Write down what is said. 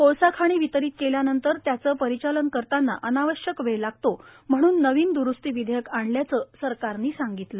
कोळसा खाणी वितरीत केल्यानंतर त्याचे परिचालन करताना अनावश्यक वेळ लागतो म्हणून नवीन द्रुस्ती विधेयक आणल्याचे सरकारने सांगितले